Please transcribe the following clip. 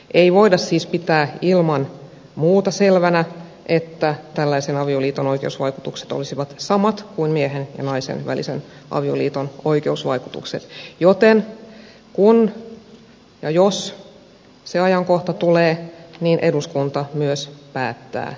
ei voida siis pitää ilman muuta selvänä että tällaisen avioliiton oikeusvaikutukset olisivat samat kuin miehen ja naisen välisen avioliiton oikeusvaikutukset joten kun ja jos se ajankohta tulee eduskunta myös päättää siitä